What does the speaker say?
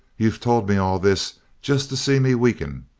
you've told me all this just to see me weaken,